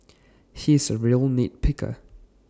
he is A real nit picker